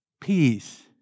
peace